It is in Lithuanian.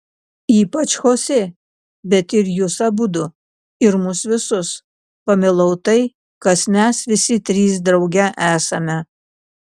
ypač chosė bet ir jus abudu ir mus visus pamilau tai kas mes visi trys drauge esame